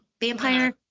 vampire